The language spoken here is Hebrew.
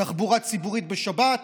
תחבורה ציבורית בשבת,